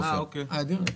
אופיר.